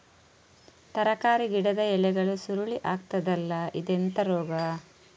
ತರಕಾರಿ ಗಿಡದ ಎಲೆಗಳು ಸುರುಳಿ ಆಗ್ತದಲ್ಲ, ಇದೆಂತ ರೋಗ?